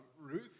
Ruth